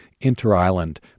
inter-island